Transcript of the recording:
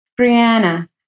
Brianna